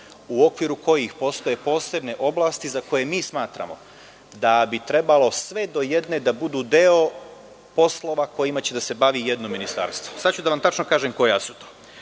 u okviru kojih postoje posebne oblasti za koje mi smatramo da bi trebalo sve do jedne da budu deo poslova kojima će da se bavi jedno ministarstvo. Reći ću vam koja su to,